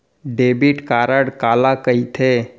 Debit card काला कहिथे?